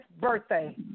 birthday